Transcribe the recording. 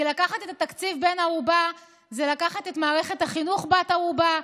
כי לקחת את התקציב בן ערובה זה לקחת את מערכת החינוך בת ערובה,